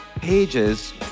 pages